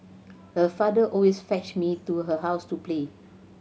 her father always fetched me to her house to play